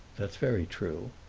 that's very true.